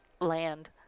land